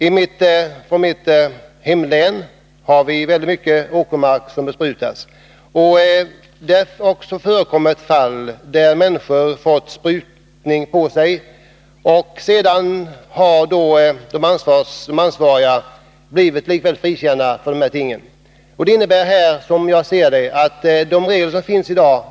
I mitt hemlän besprutas väldigt mycket åkermark. Det har förekommit fall då människor fått på sig bekämpningsmedel, varvid de ansvariga i alla fall blivit frikända. Enligt min mening är därför dagens regler för vaga.